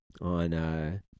On